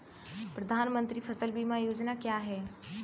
प्रधानमंत्री फसल बीमा योजना क्या है?